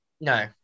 No